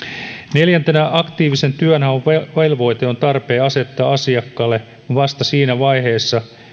neljäntenä aktiivisen työnhaun velvoite on tarpeen asettaa asiakkaalle vasta siinä vaiheessa